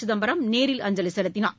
சிதம்பரம் நேரில் அஞ்சலி செலுத்தினார்